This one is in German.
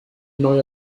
neue